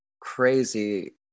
crazy